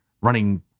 running